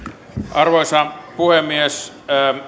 arvoisa puhemies